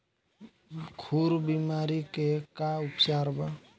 खुर बीमारी के का उपचार बा?